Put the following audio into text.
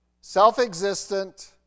Self-existent